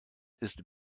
ist